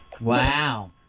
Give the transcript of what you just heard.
Wow